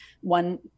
One